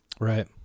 Right